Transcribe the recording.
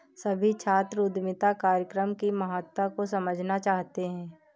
सभी छात्र उद्यमिता कार्यक्रम की महत्ता को समझना चाहते हैं